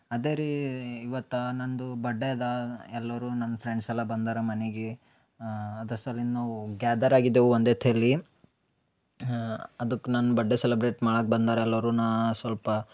ಅದೇ ರೀ ಇವತ್ತು ನಂದು ಬಡ್ಡೆ ಅದ ಎಲ್ಲರು ನಮ್ಮ ಫ್ರೆಂಡ್ಸ್ ಎಲ್ಲ ಬಂದರ ಮನಿಗೆ ಅದರ ಸಲಿಂದ ನಾವು ಗ್ಯಾದರ್ ಆಗಿದ್ದೆವು ಒಂದೇ ಥೆಲಿ ಅದಕ್ಕೆ ನನ್ನ ಬಡ್ಡೆ ಸೆಲಬ್ರೇಟ್ ಮಾಡಕ್ಕೆ ಬಂದರೆ ಎಲ್ಲರುನಾ ಸ್ವಲ್ಪ